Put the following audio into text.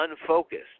unfocused